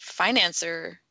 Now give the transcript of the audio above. financer